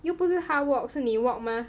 又不是她 walk 是你 walk mah